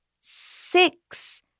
six